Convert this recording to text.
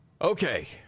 Okay